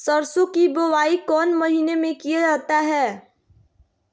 सरसो की बोआई कौन महीने में किया जाता है?